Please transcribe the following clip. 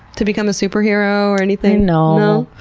to become a superhero or anything? no?